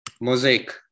Mosaic